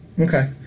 Okay